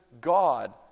God